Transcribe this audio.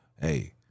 Hey